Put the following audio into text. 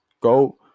go